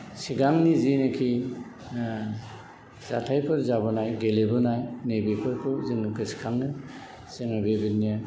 सिगांनि जेनाखि जाथायफोर जाबोनाय गेलेबोनाय नैबेफोरखौ जोङो गोसो खाङो जोङो बेबायदिनो